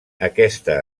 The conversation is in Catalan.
aquesta